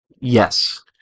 Yes